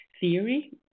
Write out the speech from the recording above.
theory